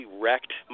wrecked